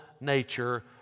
nature